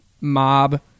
mob